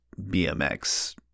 bmx